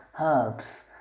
herbs